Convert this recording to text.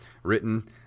Written